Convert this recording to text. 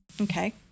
Okay